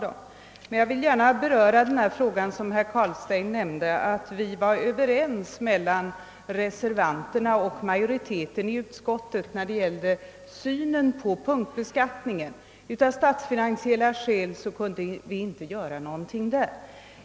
Emellertid vill jag beröra den fråga som herr Carlstein senast drog upp, nämligen att reservanterna och utskottsmajoriteten var överens om att vi av statsfinansiella skäl inte kunde göra något åt punktbeskattningen.